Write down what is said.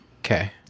okay